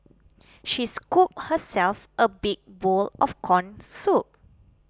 she scooped herself a big bowl of Corn Soup